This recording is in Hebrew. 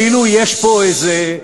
כאילו יש פה איזה,